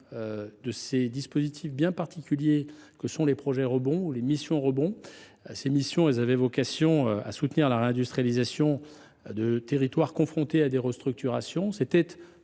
des dispositifs bien particuliers que sont les missions « Rebond ». Ces missions avaient vocation à soutenir la réindustrialisation de territoires confrontés à des restructurations.